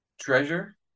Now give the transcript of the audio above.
treasure